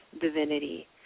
divinity